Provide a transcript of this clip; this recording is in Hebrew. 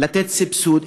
לתת סבסוד,